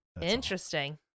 interesting